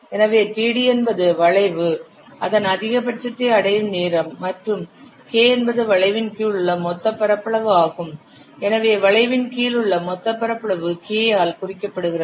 எனவே td என்பது வளைவு அதன் அதிகபட்சத்தை அடையும் நேரம் மற்றும் K என்பது வளைவின் கீழ் உள்ள மொத்த பரப்பளவு ஆகும் எனவே வளைவின் கீழ் உள்ள மொத்த பரப்பளவு K ஆல் குறிக்கப்படுகிறது